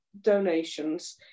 donations